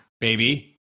baby